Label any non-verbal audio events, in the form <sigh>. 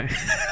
<laughs>